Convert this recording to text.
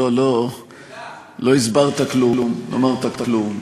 לא הסברת כלום, אמרת כלום.